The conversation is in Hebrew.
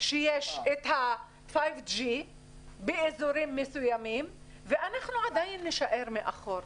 כשיש את ה-5G באזורים מסוימים ואנחנו עדיין נישאר מאחור.